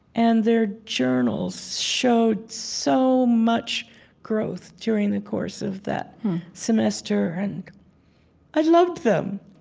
and their journals showed so much growth during the course of that semester. and i loved them.